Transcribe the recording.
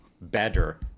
better